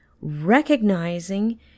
recognizing